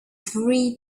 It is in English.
three